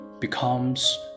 Becomes